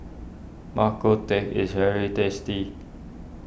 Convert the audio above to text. Bak Kut Teh is very tasty